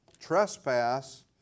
trespass